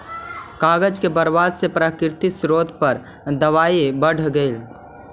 कागज के बर्बादी से प्राकृतिक स्रोत पर दवाब बढ़ऽ हई